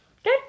Okay